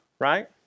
right